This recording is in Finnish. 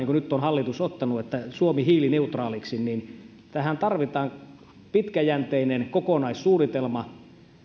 kuin nyt on hallitus ottanut että suomi hiilineutraaliksi niin tähän tarvitaan pitkäjänteinen kokonaissuunnitelma